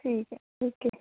ਠੀਕ ਹੈ ਓਕੇ